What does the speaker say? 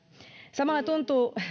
samalla tuntuu